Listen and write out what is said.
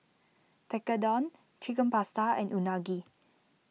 Tekkadon Chicken Pasta and Unagi